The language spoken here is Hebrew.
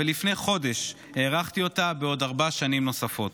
ולפני חודש הארכתי אותה בארבע שנים נוספות.